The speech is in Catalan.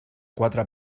quatre